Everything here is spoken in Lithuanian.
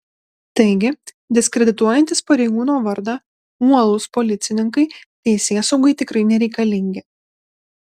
taigi diskredituojantys pareigūno vardą uolūs policininkai teisėsaugai tikrai nereikalingi